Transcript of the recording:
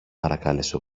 παρακάλεσε